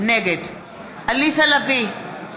נגד עליזה לביא,